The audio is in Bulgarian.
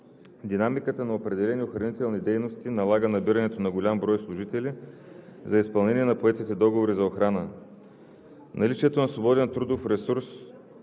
Динамиката на определени охранителни дейности налага набирането на голям брой служители за изпълнение на поетите договори за охрана. Наличието на свободен трудов ресурс